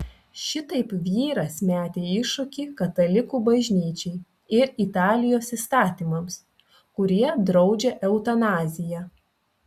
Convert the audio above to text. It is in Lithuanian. šitaip vyras metė iššūkį katalikų bažnyčiai ir italijos įstatymams kurie draudžia eutanaziją